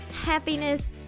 happiness